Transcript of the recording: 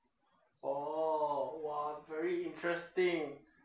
orh !wah! very interesting